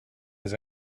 his